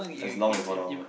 as long as one hour